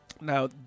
now